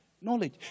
Knowledge